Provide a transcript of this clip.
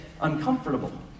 uncomfortable